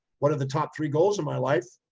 what are the top three goals in my life?